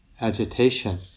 agitation